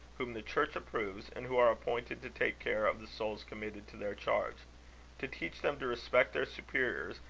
whom the church approves, and who are appointed to take care of the souls committed to their charge to teach them to respect their superiors,